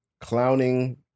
clowning